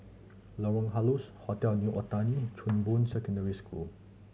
Lorong Halus Hotel New Otani Chong Boon Secondary School